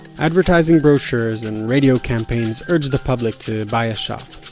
advertising brochures and radio campaigns urge the public to buy a shop.